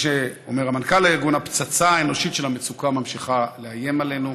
כפי שאומר מנכ"ל הארגון: הפצצה האנושית של המצוקה ממשיכה לאיים עלינו.